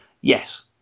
Yes